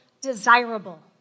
desirable